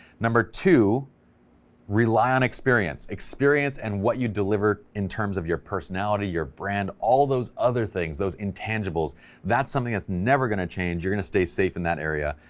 number two rely on experience, experience and what you deliver in terms of your personality, your brand, all those other things, those intangibles that's something that's never going to change. you're gonna stay safe in that area,